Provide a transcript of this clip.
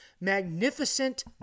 magnificent